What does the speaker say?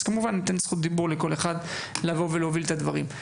אז כמובן אני נותן זכות דיבור לכל אחד לבוא ולהוביל את הדברים.